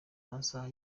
amasaha